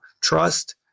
trust